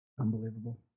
Unbelievable